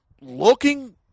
looking